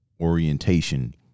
orientation